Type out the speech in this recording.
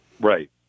right